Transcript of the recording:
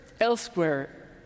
elsewhere